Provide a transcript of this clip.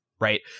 right